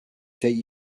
take